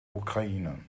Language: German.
ukraine